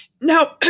Now